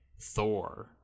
Thor